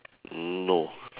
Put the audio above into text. no